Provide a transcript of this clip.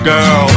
Girl